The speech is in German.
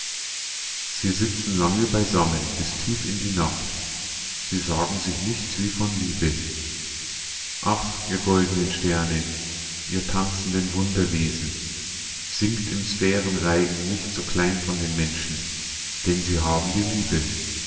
sie sitzen lange beisammen bis tief in die nacht sie sagen sich nichts wie von liebe ach ihr goldenen sterne ihr tanzenden wunderwesen singt im sphären reigen nicht so klein von den menschen denn sie haben die liebe